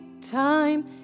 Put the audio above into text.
Time